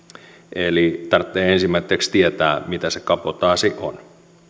eli tarvitsee ensimmäiseksi tietää mitä se kabotaasi on